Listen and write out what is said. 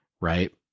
right